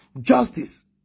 justice